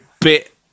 bit